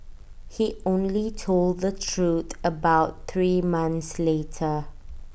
he only told the truth about three months later